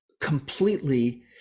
completely